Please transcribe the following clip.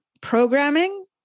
programming